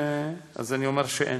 אני אומר שאין.